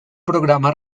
programa